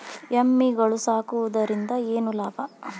ಎಮ್ಮಿಗಳು ಸಾಕುವುದರಿಂದ ಏನು ಲಾಭ?